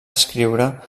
escriure